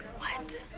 what?